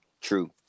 true